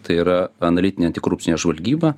tai yra analitinė antikorupcinė žvalgyba